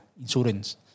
insurance